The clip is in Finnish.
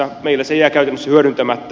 meillä se jää käytännössä hyödyntämättä